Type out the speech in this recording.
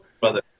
brother